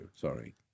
sorry